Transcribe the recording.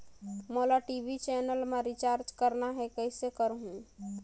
मोला TV channel मा recharge करना हे, कइसे करहुँ?